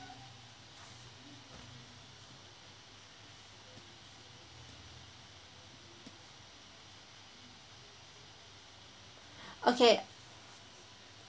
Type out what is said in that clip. okay